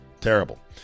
terrible